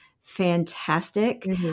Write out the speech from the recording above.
fantastic